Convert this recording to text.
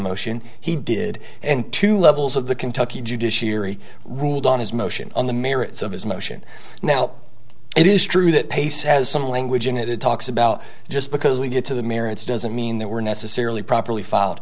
motion he did and two levels of the kentucky judiciary ruled on his motion on the merits of his motion now it is true that pace has some language in it it talks about just because we get to the merits doesn't mean they were necessarily properly filed